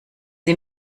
sie